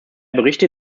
berichte